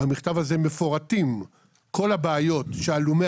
במכתב הזה מפורטות כל הבעיות שהלומי